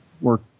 work